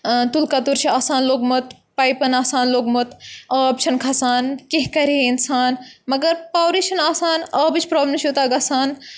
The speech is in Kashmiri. تُلکتُر چھُ آسان لوٚگمُت پایپَن آسان لوٚگمُت آب چھُنہٕ کھسان کیٚنٛہہ کَرِہے اِنسان مَگر پاورٕے چھُنہٕ آسان آبٕچ پرابلِم چھِ یوٗتاہ گژھان